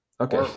Okay